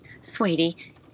Sweetie